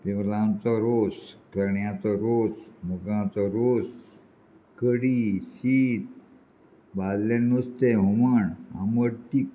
बिंबलांचो रोस चण्याचो रोस मुगांचो रोस कडी शीत बाल्ले नुस्तें हुमण आमड तीख